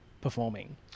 performing